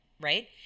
right